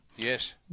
Yes